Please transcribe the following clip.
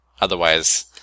Otherwise